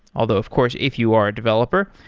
although of course if you are a developer,